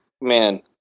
man